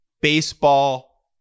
Baseball